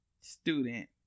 student